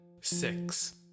six